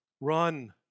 Run